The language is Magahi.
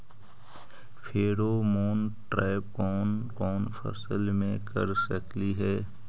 फेरोमोन ट्रैप कोन कोन फसल मे कर सकली हे?